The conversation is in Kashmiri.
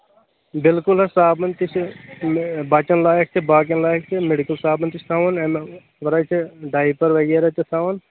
بِلکُل حظ پرٛابلٕم تہِ چھِ بَچن لایق تہِ باقین لایق تہِ میٚڈِکل پرٛابلِم تہِ چھِ تھاوان امہِ ورٲے چھِ ڈائپر وغیرہ تہِ تھاوان